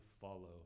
follow